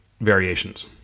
variations